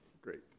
Great